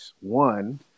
One